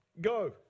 go